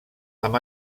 amb